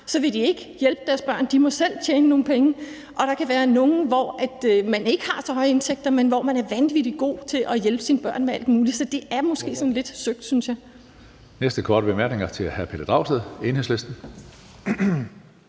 vil de ikke hjælpe deres børn, som selv må tjene nogle penge. Og der kan være nogle, hvor man ikke har så høje indtægter, men hvor man er vanvittig god til at hjælpe sine børn med alt muligt. Så det er måske sådan lidt søgt, synes jeg.